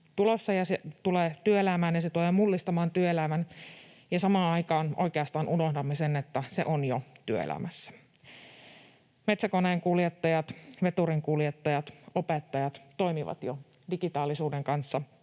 ja se tulee mullistamaan työelämän, ja samaan aikaan oikeastaan unohdamme sen, että se on jo työelämässä. Metsäkoneenkuljettajat, veturinkuljettajat ja opettajat toimivat jo digitaalisuuden kanssa